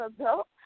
adult